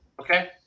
okay